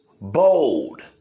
bold